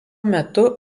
metu